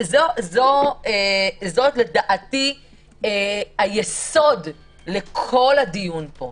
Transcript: זה לדעתי היסוד לכל הדיון פה.